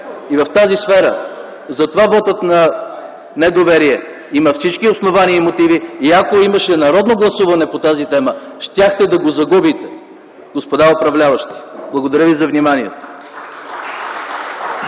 и в тази сфера. Затова вотът на недоверие има всички основания и мотиви и ако имаше народно гласуване по тази тема щяхте да го загубите, господа управляващи! Благодаря ви за вниманието.